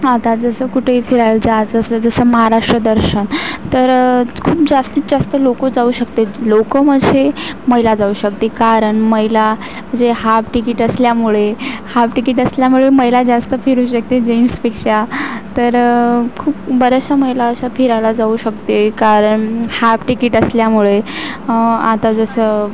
आता जसं कुठेही फिरायला जायचं असलं जसं महाराष्ट्र दर्शन तर खूप जास्तीत जास्त लोकं जाऊ शकतील लोकं म्हणजे महिला जाऊ शकते कारण महिला जे हाप टिकीट असल्यामुळे हाप टिकीट असल्यामुळे महिला जास्त फिरू शकते जेण्ट्सपेक्षा तर खूप बऱ्याचशा महिला अशा फिरायला जाऊ शकते कारण हाप टिकीट असल्यामुळे आता जसं